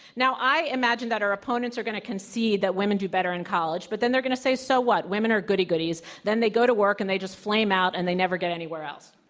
now, i imagine that our opponents are going to concede that women do better in college. but then they're going to say so what? women are goody goodies, then they go to work, and they just flame out, and they never get anywhere else.